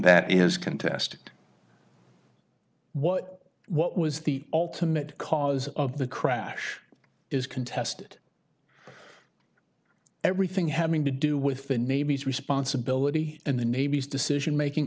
that is contested what what was the ultimate cause of the crash is contested everything having to do with the navy's responsibility in the navy's decision making